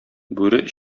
бүре